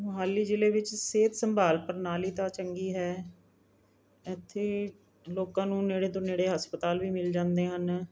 ਮੋਹਾਲੀ ਜ਼ਿਲ੍ਹੇ ਵਿੱਚ ਸਿਹਤ ਸੰਭਾਲ ਪ੍ਰਣਾਲੀ ਤਾਂ ਚੰਗੀ ਹੈ ਇੱਥੇ ਲੋਕਾਂ ਨੂੰ ਨੇੜੇ ਤੋਂ ਨੇੜੇ ਹਸਪਤਾਲ ਵੀ ਮਿਲ ਜਾਂਦੇ ਹਨ